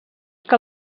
que